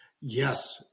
Yes